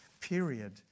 period